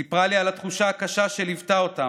היא סיפרה לי על התחושה הקשה שליוותה אותם,